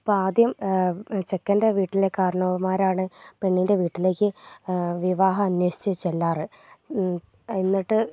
അപ്പം ആദ്യം ചെക്കൻ്റെ വീട്ടിലെ കാർണവന്മാരാണ് പെണ്ണിൻ്റെ വീട്ടിലേക്ക് വിവാഹം അന്വേഷിച്ച് ചെല്ലാറ് എന്നിട്ട്